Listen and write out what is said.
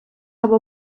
або